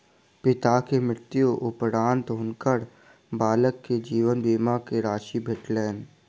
पिता के मृत्यु उपरान्त हुनकर बालक के जीवन बीमा के राशि भेटलैन